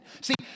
See